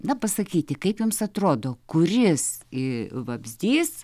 na pasakyti kaip jums atrodo kuris vabzdys